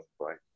right